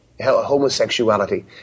homosexuality